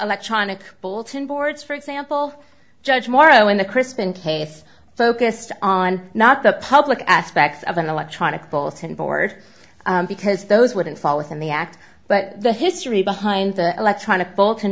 electronic bolton boards for example judge morrow in the crispin case focused on not the public aspects of an electronic bulletin board because those wouldn't fall within the act but the history behind the electronic vul